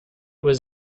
was